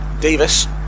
Davis